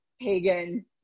pagan